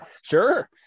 Sure